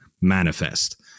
manifest